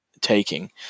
taking